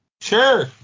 Sure